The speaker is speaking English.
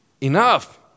enough